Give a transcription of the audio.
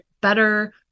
better